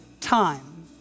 time